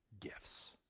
gifts